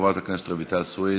חברת הכנסת רויטל סויד,